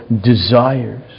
Desires